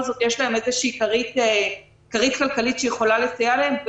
זאת יש להם איזושהי כרית כלכלית שיכולה לסייע להם,